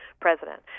president